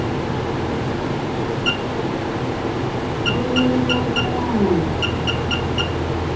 Phulmuni Murmu